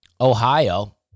Ohio